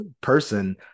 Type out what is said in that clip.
person